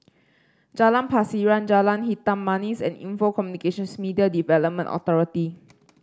Jalan Pasiran Jalan Hitam Manis and Info Communications Media Development Authority